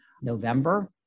November